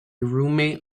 roommate